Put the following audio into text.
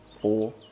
four